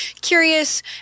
curious